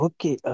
Okay